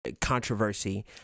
controversy